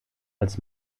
als